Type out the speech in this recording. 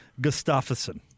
Gustafsson